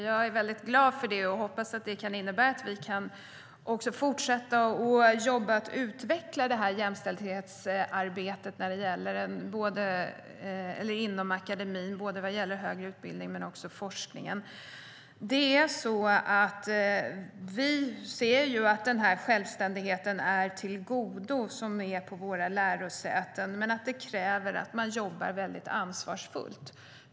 Jag är väldigt glad för det och hoppas att det kan innebära att vi också kan fortsätta jobba med att utveckla jämställdhetsarbetet inom akademin, både vad gäller högre utbildning och forskning. Vi ser att våra lärosätens självständighet är av godo, men det kräver att man jobbar väldigt ansvarsfullt.